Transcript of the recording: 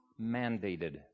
mandated